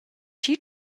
tgi